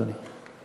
בבקשה, אדוני.